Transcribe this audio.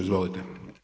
Izvolite.